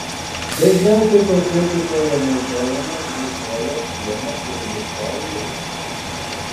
dažniausiai kosmetikoje naudojamos glikolio pieno ir migdolų rūgštys